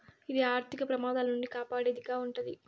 ఇది ఆర్థిక ప్రమాదాల నుండి కాపాడేది గా ఉంటది